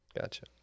Gotcha